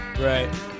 Right